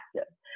active